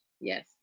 Yes